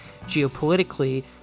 geopolitically